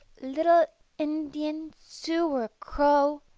little indian, sioux, or crow,